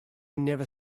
never